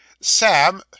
Sam